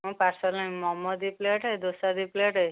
ମୁଁ ପାର୍ସଲ୍ ନେବି ମୋମୋ ଦୁଇ ପ୍ଲେଟ୍ ଦୋସା ଦୁଇ ପ୍ଲେଟ୍